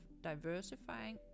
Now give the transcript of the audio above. diversifying